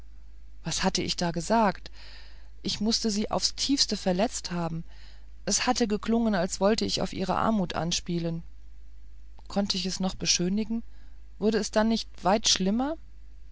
was hatte ich da gesagt ich mußte sie aufs tiefste verletzt haben es hatte geklungen als wollte ich auf ihre armut anspielen konnte ich es noch beschönigen wurde es dann nicht weit schlimmer